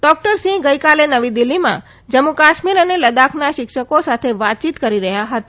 doctor Singh ગઇકાલે નવી દિલ્હીમાં જમ્મુ કાશ્મીર અને લદ્દાખના શિક્ષકો સાથે વાતચીત કરી રહ્યા હતા